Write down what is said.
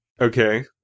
Okay